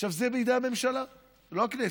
עכשיו זה בידי הממשלה, לא הכנסת.